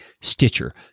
stitcher